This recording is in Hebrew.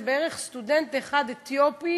זה בערך סטודנט אתיופי